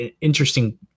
interesting